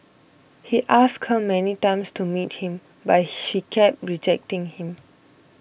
he asked her many times to meet him but she kept rejecting him